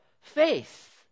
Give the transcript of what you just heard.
faith